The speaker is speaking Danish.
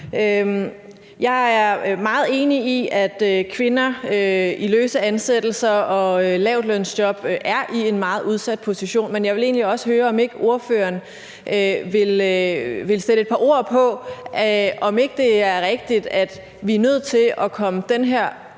Jeg er meget enig i, at kvinder i løse ansættelser og lavtlønsjob er i en meget udsat position, men jeg vil egentlig også høre, om ordføreren ikke vil sætte et par ord på, om det ikke er rigtigt, at vi er nødt til at komme den her